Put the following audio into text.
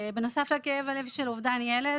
בנוסף לכאב הלב על האובדן של הילד,